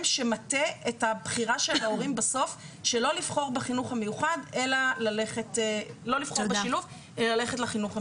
שמטה את הבחירה של ההורים בסוף שלא לבחור בשילוב אלא ללכת לחינוך המיוחד.